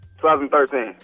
2013